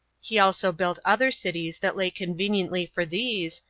he also built other cities that lay conveniently for these,